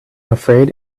afraid